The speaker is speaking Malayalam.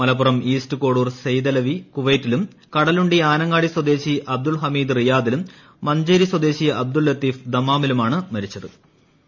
മലപ്പറം ഈസ്റ്റ് കോഡൂർ സെയ്തല്ലൂറ്റി കു്വൈത്തിലും കടലുണ്ടി ആനങ്ങാടി സ്വദേശി അബ്ദുൾ ഹ്ലമീദ്ട് റി്യാദിലും മഞ്ചേരി സ്വദേശി അബ്ദുൾ ലത്തീഫ് ദമാമിലുമാണ് മർണമടഞ്ഞത്